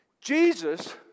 Jesus